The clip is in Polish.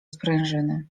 sprężyny